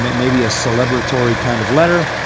maybe a celebratory kind of letter,